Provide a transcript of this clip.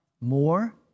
more